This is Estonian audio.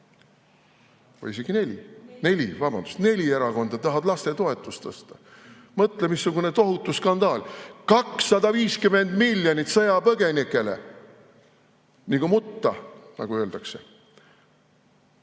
või isegi neli, vabandust, neli erakonda tahavad lastetoetust tõsta. Mõtle, missugune tohutu skandaal! 250 miljonit [eurot] sõjapõgenikele – nigu mutta, nagu öeldakse.